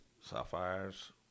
sapphires